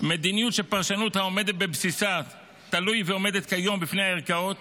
מדיניות שהפרשנות העומדת בבסיסה תלויה ועומדת כיום בפני הערכאות,